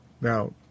Now